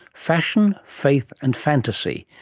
fashion, faith and fantasy,